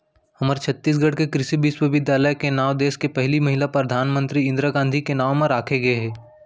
हमर छत्तीसगढ़ के कृषि बिस्वबिद्यालय के नांव देस के पहिली महिला परधानमंतरी इंदिरा गांधी के नांव म राखे गे हे